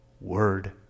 word